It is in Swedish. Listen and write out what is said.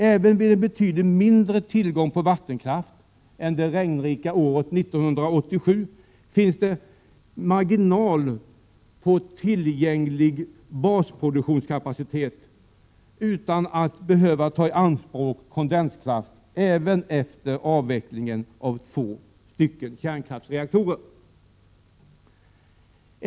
Även vid betydligt mindre tillgång på vattenkraft än det regnrika året 1987 finns det med marginal tillgänglig basproduktionskapacitet utan att man behöver ta i anspråk kondenskraft efter det att två kärnkraftsreaktorer har avvecklats.